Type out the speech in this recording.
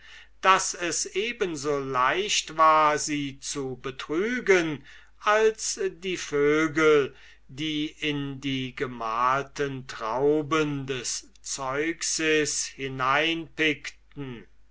daß es eben so leicht war sie zu betrügen als die vögel die in die gemalten trauben des zeuxis